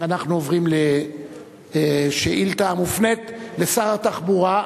אנחנו עוברים לשאילתא המופנית אל שר התחבורה,